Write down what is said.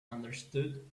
understood